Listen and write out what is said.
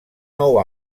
nou